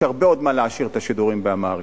ויש עוד הרבה מה להעשיר את השידורים באמהרית.